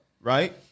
right